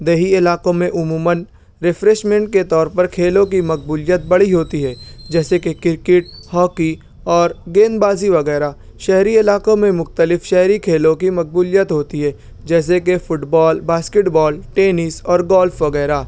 دیہی علاقوں میں عموماً ریفریشمنٹ کے طور پر کھیلوں کی مقبولیت بڑی ہوتی ہے جیسے کہ کرکٹ ہاکی اور گیندبازی وغیرہ شہری علاقوں میں مختلف شہری کھیلوں کی مقبولیت ہوتی ہے جیسے کہ football basketball tennis اور گولف وغیرہ